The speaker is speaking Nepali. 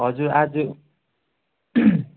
हजुर आज